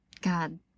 God